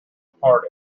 apart